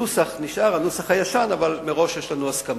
הנוסח נשאר הנוסח הישן, אבל מראש יש לנו הסכמה.